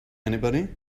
anybody